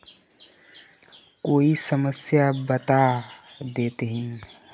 कोई समस्या बता देतहिन?